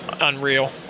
unreal